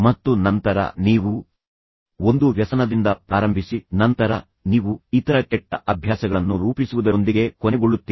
ಮತ್ತು ನಂತರ ನೀವು ಒಂದು ವ್ಯಸನದಿಂದ ಪ್ರಾರಂಭಿಸಿ ನಂತರ ನೀವು ಇತರ ಕೆಟ್ಟ ಅಭ್ಯಾಸಗಳನ್ನು ರೂಪಿಸುವುದರೊಂದಿಗೆ ಕೊನೆಗೊಳ್ಳುತ್ತೀರಿ